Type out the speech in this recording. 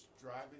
driving